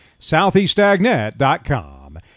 southeastagnet.com